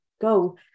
go